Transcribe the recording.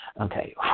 Okay